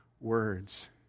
words